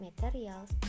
materials